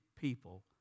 people